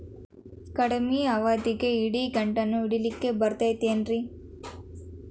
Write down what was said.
ಕಡಮಿ ಅವಧಿಗೆ ಇಡಿಗಂಟನ್ನು ಇಡಲಿಕ್ಕೆ ಬರತೈತೇನ್ರೇ?